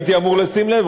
הייתי אמור לשים לב,